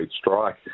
strike